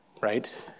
right